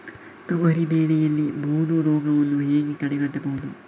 ತೊಗರಿ ಬೆಳೆಯಲ್ಲಿ ಬೂದು ರೋಗವನ್ನು ಹೇಗೆ ತಡೆಗಟ್ಟಬಹುದು?